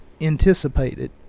anticipated